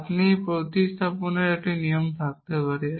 আপনি প্রতিস্থাপনের একটি নিয়ম থাকতে পারে